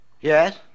Yes